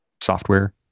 software